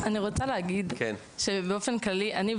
אני רוצה להגיד שבאופן כללי אני,